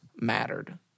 mattered